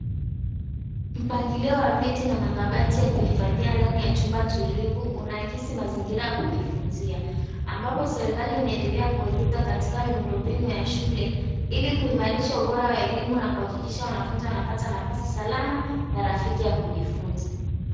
Mpangilio wa viti na makabati ya kuhifadhia ndani ya nyumba tulivu unaakisi mazingira ya kujifunzia ambapo serikali inaendelea kuekeza katika miundo mbinu ya shulel ili kuimarisha ubora wa elimu na kuhakikisha wanafunzi wanapata nafasi salama na rafiki wa kujifunza.